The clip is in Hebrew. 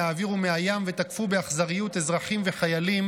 מהאוויר ומהים ותקפו באכזריות אזרחים וחיילים.